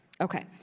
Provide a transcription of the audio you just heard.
Okay